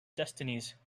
destinies